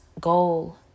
goal